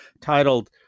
titled